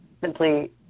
Simply